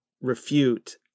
refute